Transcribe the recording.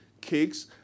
cakes